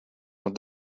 mijn